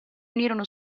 unirono